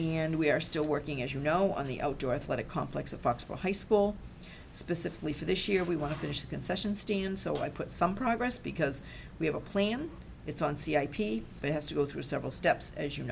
and we are still working as you know on the outdoor thought a complex of fox for high school specifically for this year we want to finish the concession stand so i put some progress because we have a plan it's on c a p it has to go through several steps as you